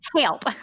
help